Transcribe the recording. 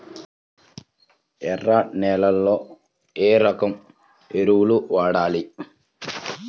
ఎర్ర నేలలో ఏ రకం ఎరువులు వాడాలి?